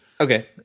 Okay